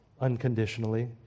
unconditionally